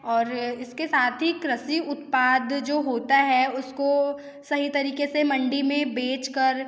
और इसके साथ ही कृषि उत्पाद जो होता है उसको सही तरीक़े से मंडी में बेच कर